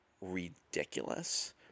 ridiculous